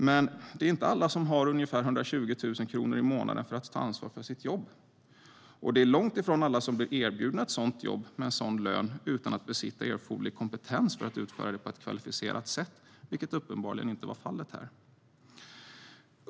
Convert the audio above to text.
Med det är inte alla som har ungefär 120 000 kronor i månaden för att ta ansvar för sitt jobb. Och det är långt ifrån alla som blir erbjudna ett sådant jobb med en sådan lön utan att besitta erforderlig kompetens för att utföra det på ett kvalificerat sätt, vilket uppenbarligen inte var fallet här.